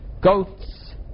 goats